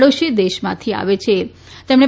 ડોશી દેશોમાંથી આવે છેતેમણે